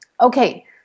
Okay